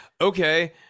okay